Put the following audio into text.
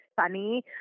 funny